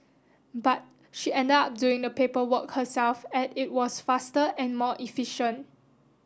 but she ended up doing the paperwork herself at it was faster and more efficient